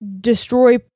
Destroy